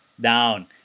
down